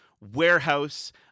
warehouse